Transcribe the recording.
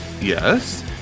Yes